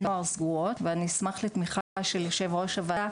נוער סגורות ואני אשמח לתמיכה של יושב ראש הוועדה,